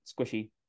squishy